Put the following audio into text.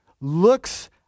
looks